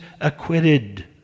acquitted